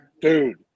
Dude